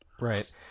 Right